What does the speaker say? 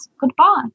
Goodbye